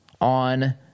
on